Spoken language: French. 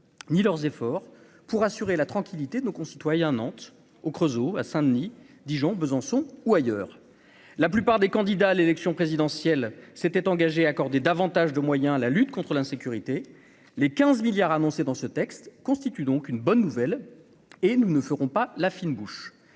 ni leurs efforts pour assurer la tranquillité de nos concitoyens Nantes au Creusot, à Saint-Denis, Dijon, Besançon ou ailleurs, la plupart des candidats à l'élection présidentielle, s'était engagé à accorder davantage de moyens à la lutte contre l'insécurité, les 15 milliards annoncés dans ce texte constitue donc une bonne nouvelle et nous ne ferons pas la fine bouche,